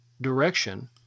direction